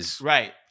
Right